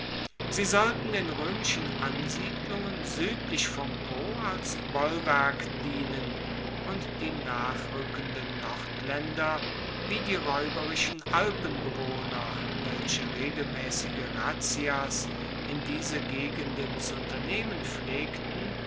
sie sollten den roemischen ansiedlungen suedlich vom po als bollwerk dienen und die nachrueckenden nordlaender wie die raeuberischen alpenbewohner welche regelmaessige razzias in diese gegenden zu unternehmen pflegten